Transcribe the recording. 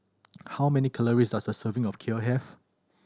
how many calories does a serving of Kheer have